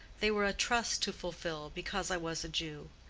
they were a trust to fulfill, because i was a jew.